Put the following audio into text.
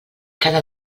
cada